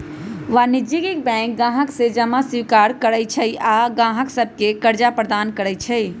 वाणिज्यिक बैंक गाहक से जमा स्वीकार करइ छइ आऽ गाहक सभके करजा प्रदान करइ छै